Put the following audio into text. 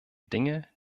dinge